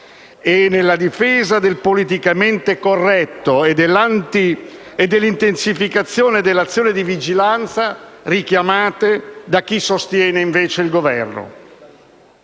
e la difesa del politicamente corretto e l'intensificazione dell'azione di vigilanza richiamate da chi sostiene invece il Governo.